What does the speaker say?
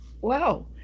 wow